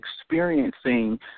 experiencing